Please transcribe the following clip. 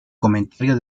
comentario